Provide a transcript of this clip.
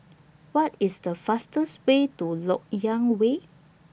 What IS The fastest Way to Lok Yang Way